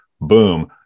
boom